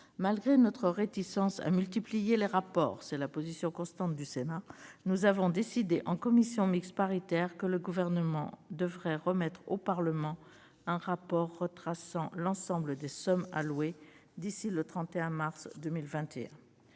Malgré notre réticence à multiplier les rapports, conformément à une position constante du Sénat, nous avons décidé en commission mixte paritaire que le Gouvernement devrait remettre au Parlement un rapport retraçant l'ensemble des sommes allouées d'ici au 31 mars 2021.